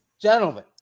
gentlemen